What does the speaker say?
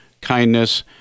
kindness